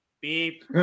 beep